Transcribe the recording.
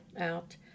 out